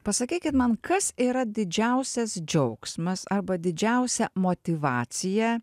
pasakykit man kas yra didžiausias džiaugsmas arba didžiausia motyvacija